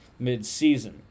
midseason